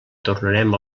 tornarem